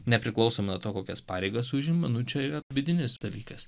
nepriklausomai nuo to kokias pareigas užima nu čia yra vidinis dalykas